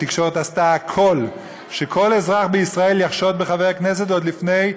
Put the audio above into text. התקשורת עשתה הכול שכל אזרח בישראל יחשוד בחבר כנסת עוד לפני,